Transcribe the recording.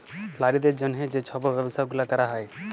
লারিদের জ্যনহে যে ছব ব্যবছা গুলা ক্যরা হ্যয়